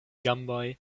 gamboj